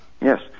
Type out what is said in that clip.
Yes